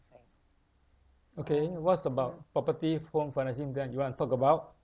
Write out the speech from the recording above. okay what's about property home financing grant you want to talk about